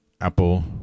Apple